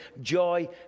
Joy